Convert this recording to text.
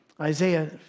Isaiah